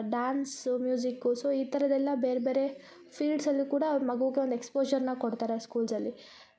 dance music so ಈ ಥರದೆಲ್ಲ ಬೇರೆ ಬೇರೆ ಫೀಲ್ಡ್ಸ್ ಅಲ್ಲಿ ಕೂಡ ಮಗುಗೆ ಒಂದು ಎಕ್ಸ್ಪೋಷನ್ನ ಕೊಡ್ತಾರೆ ಸ್ಕೂಲಲ್ಲಿ